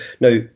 Now